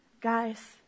guys